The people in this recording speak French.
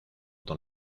dans